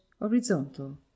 horizontal